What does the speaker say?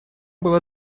было